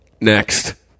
Next